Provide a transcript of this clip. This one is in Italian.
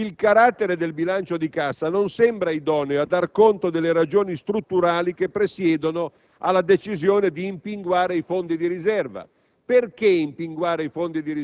Allo stesso modo, il carattere del bilancio di cassa non sembra idoneo a dar conto delle ragioni strutturali che presiedono alla decisione di impinguare i fondi di riserva.